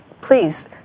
please